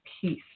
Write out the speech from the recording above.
peace